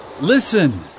Listen